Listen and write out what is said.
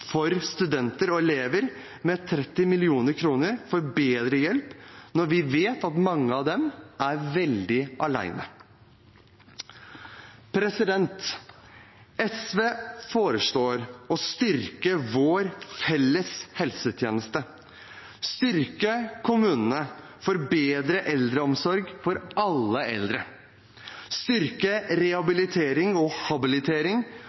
for bedre hjelp når vi vet at mange av dem er veldig alene SV foreslår å styrke vår felles helsetjeneste styrke kommunene for bedre eldreomsorg for alle eldre styrke rehabilitering og habilitering,